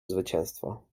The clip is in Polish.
zwycięstwo